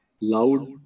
loud